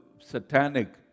satanic